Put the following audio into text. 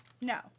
No